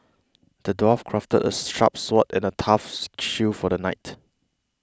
the dwarf crafted a sharp sword and a tough shield for the knight